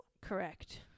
correct